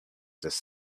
this